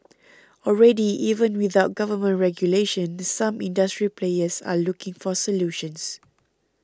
already even without government regulation some industry players are looking for solutions